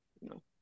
No